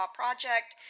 project